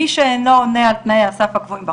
מי שאינו עונה על תנאי הסף הקבועים בחוק,